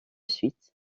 suite